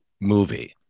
movie